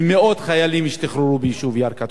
ומאות חיילים השתחררו ביישוב ירכא.